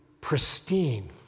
pristine